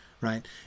right